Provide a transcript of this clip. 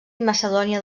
macedònia